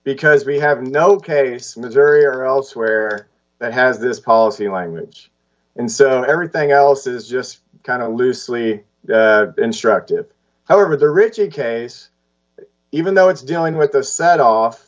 because we have no case missouri or elsewhere that has this policy language and so everything else is just kind of loosely instructive however the richard case even though it's dealing with the set off